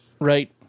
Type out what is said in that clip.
right